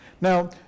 Now